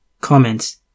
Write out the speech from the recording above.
Comments